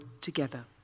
together